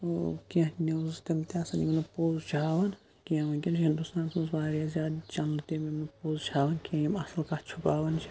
کینٛہہ نِوزٕ تِم تہِ آسن یِم نہٕ پوٚز چھُ ہاوان کینٛہہ ونکٮ۪ن چھِ ہِندُستانَس مَنٛز واریاہ زیاد چَنلہٕ تِم یِم نہٕ پوٚز چھِ ہاوان کینٛہہ یِم اَصل کَتھ چھُپاوان چھِ